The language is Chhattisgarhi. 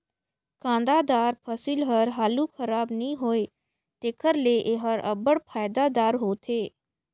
कांदादार फसिल हर हालु खराब नी होए तेकर ले एहर अब्बड़ फएदादार होथे